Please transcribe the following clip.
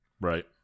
Right